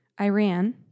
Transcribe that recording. Iran